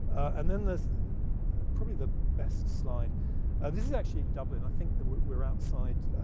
and then there's probably the best slide this is actually in dublin, i think that we're we're outside